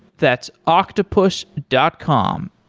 that's octopus dot com,